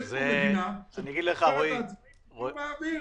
יש פה מדינה שבוחרת שעצמאים יחיו מהאוויר.